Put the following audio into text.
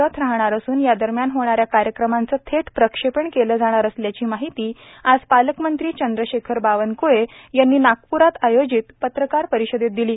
रथ राहणार असून या दरम्यान होणाऱ्या कार्यक्रमाचं थेट प्रक्षेपण केलं जाणार असल्याची माहिती आज पालकमंत्री चंद्रशेखर बावनक्ळे यांनी नागप्रात आयोजित पत्रकार परिषदेत दिली